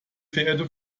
verehrte